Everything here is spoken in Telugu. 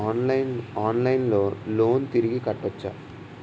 ఆన్లైన్లో లోన్ తిరిగి కట్టోచ్చా?